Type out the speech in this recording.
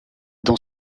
dans